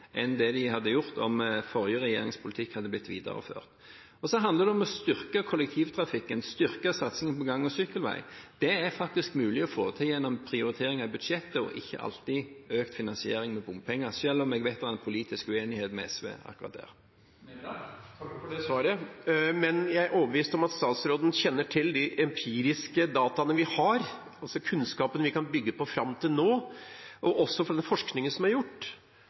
enn det de hadde gjort om forrige regjerings politikk hadde blitt videreført. Så handler det om å styrke kollektivtrafikken og styrke satsingen på gang- og sykkelveier. Det er faktisk mulig å få til gjennom prioriteringer i budsjettet og ikke alltid økt finansiering med bompenger, selv om jeg vet at det er en politisk uenighet med SV akkurat der. Jeg takker for svaret, men jeg er overbevist om at statsråden kjenner til de empiriske dataene vi har – altså kunnskapen vi kan bygge på fram til nå, og også fra den forskningen som er gjort